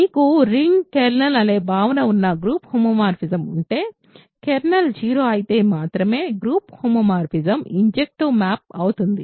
మీకు ring kernel అనే భావన ఉన్న గ్రూప్ హోమోమార్ఫిజం ఉంటే కెర్నల్ 0 అయితే మాత్రమే గ్రూప్ హోమోమోర్ఫిజం ఇన్జెక్టివ్ మ్యాప్ అవుతుంది